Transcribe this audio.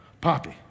Poppy